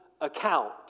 account